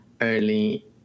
early